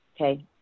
okay